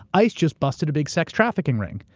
ice just busted a big sex trafficking ring.